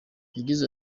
yagize